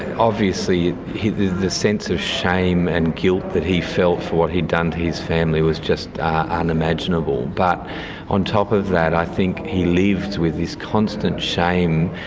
obviously the the sense of shame and guilt that he felt for what he'd done to his family was just unimaginable. but on top of that i think he lived with this constant shame.